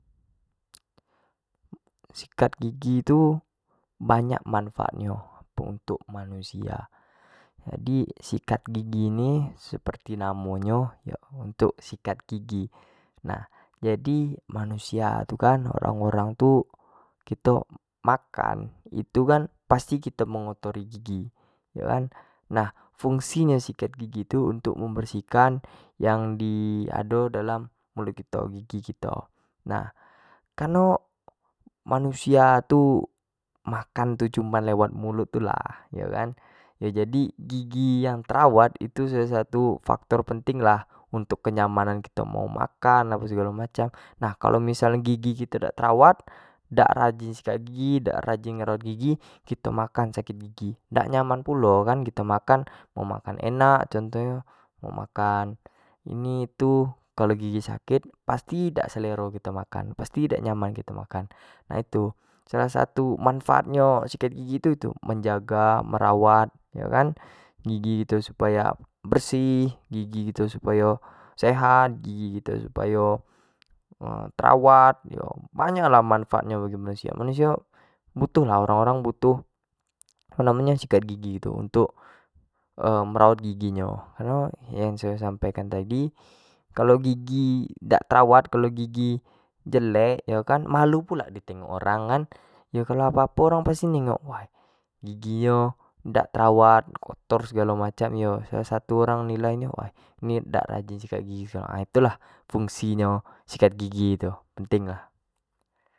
sikat gigi tu banyak manfaat nyo untuk manusia, jadi sikat gigi ni seperti namo nyo untuk sikat gigi, nah jadi manusia tu kan orang- orang tu kito makan itu pasti kito mengotori gigi yo kan, fungsi nyo sikat gigi tu untuk membersihkan yang di ado dalam mulut kito, gigi kito, nah kareno manusia tu makan tu cuman lewat mulut tu lah yo kan, jadi gigi yang terawat itu menjadi salah satu faktor yang penting lah untuk kenyamanan kito mau makan egalo macam, kalau misal nyo gigi kito dak terawatt, dak rajin gosok gigi, dak rajin ngerawat gigi, kito makan sakit gigi dak nyaman pulo kan kito makan, nak makan enak contoh nyo nak makan ini itu, kalau gigi sakit pasti dak selero kito makan, mesti dak nyamn kito makan nah itu salah satu manfaat nyo sikat gigi tu menjaga, merawat, yo kan gigi kito supaya bersih, gigi kito supayo sehat, gigi kito supayo terawatt, banyak lah manfaat nyo bagi manusio, manusio butuh lah orang- orang butuh apo namo nyo sikat gigi tu untuk merawat gigi nyo kareno yang sayo sampaikan tadi kalau gigi dak terawatt, kalau gigi jelek yo kan malu pula di tengok orang kan, yo kalau apo- apo orang pasti nengok, wai gigi nyo dak terawat kotor segalo macam, salah satu orang nilai kan nyo kan wai orang ni dak rajin sikat gigi segalo macam nah itu lah fungski sikat gigi tu, penting lah.